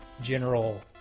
general